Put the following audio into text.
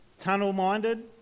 tunnel-minded